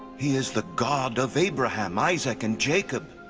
he is the god of abraham, isaac, and jacob.